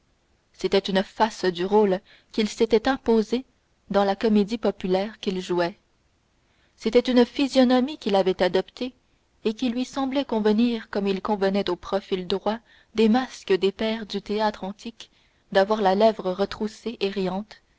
c'était une face du rôle qu'il s'était imposé dans la comédie populaire qu'il jouait c'était une physionomie qu'il avait adoptée et qui lui semblait convenir comme il convenait aux profils droits des masques des pères du théâtre antique d'avoir la lèvre retroussée et riante